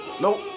Nope